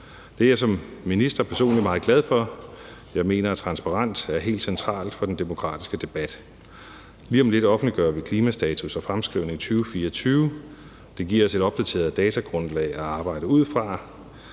Det er jeg som minister personligt meget glad for. Jeg mener, at transparens er helt centralt for den demokratiske debat. Lige om lidt offentliggør vi klimastatus og -fremskrivning 2024. Det giver os et opdateret datagrundlag at arbejde ud fra.